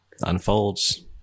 unfolds